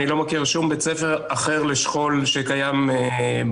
אני לא מכיר שום בית ספר אחר לשכול שקיים בארץ.